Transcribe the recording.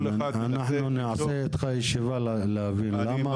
כן, אנחנו נעשה איתך ישיבה להבין למה.